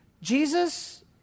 Jesus